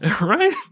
Right